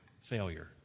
failure